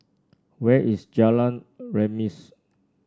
where is Jalan Remis